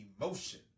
emotion